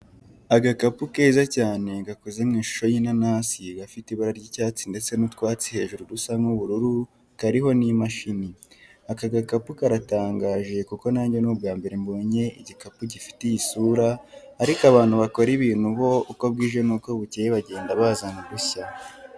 Agakapu keza cyane gakoze mu ishusho y'inanasi gafite ibara ry'icyatsi ndetse n'utwatsi hejuru dusa nk'ubururu, kariho n'imashini. Aka gakapu karatangaje kuko nange ni ubwa mbere mbonye igikapu gifite iyi sura ariko abantu bakora ibintu bo uko bwije n'uko bukeye bagenda bazana udushya.